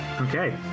Okay